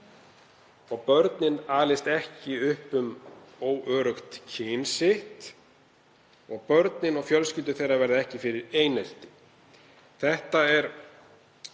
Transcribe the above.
og þau alist ekki upp óörugg um kyn sitt og börnin og fjölskyldur þeirra verði ekki fyrir einelti. Þetta er